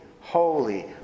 holy